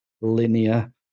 linear